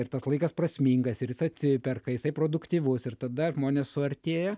ir tas laikas prasmingas ir jis atsiperka jisai produktyvus ir tada žmonės suartėja